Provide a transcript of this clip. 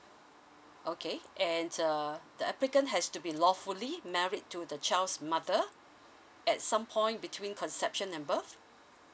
okay uh the applicant has to be lawfully married to the child's mother at some point between conception and birth